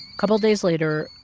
couple days later,